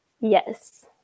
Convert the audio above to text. Yes